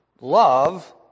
Love